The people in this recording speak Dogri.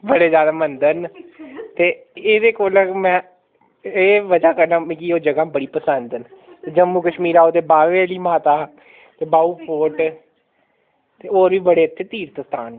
बड़े ज्यादा मंदर न ते एह्दे कोला गै में एह् बजह् कन्नै मिगी ओह् जगह् बड़ी पसंद न जम्मू कश्मीर आओ ते बावे अह्ली माता ते बहु फोर्ट ते होर बी बड़े इत्थै तीर्थ स्थान न